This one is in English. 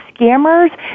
scammers